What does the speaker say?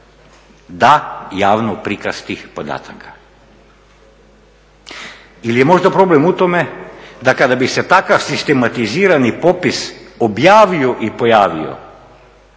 da javan prikaz tih podataka? Ili je možda problem u tome da kada bi se takav sistematizirani popis objavio i pojavio